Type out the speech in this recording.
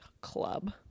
club